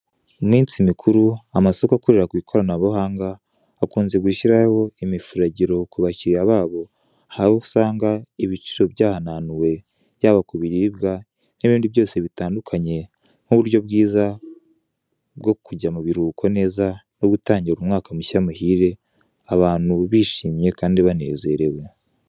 Iminsi mikuru amasoko akorera ku ikoranabuhanga akunze gushyiraho imifuragiro ku bakiriya babo aho usanga ibiciro byahananuwe yaba kubiribwa nibindi byose bitandukanye nkuburyo bwiza bwo kujya mu biruhuko neza no gutangira umwaka mushya muhire abantu bishimye kandi banezerewe.